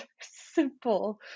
simple